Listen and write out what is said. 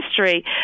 history